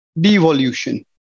devolution